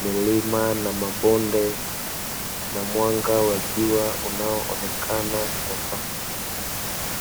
Milima na mabonde na mwanga wa jua unaoonekana kwa mbali.